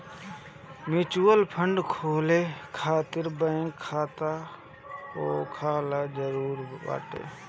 mutual fund खोले खातिर bank खाता होखल जरुरी बाटे